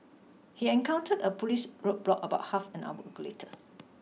he encountered a police roadblock about half an hour go later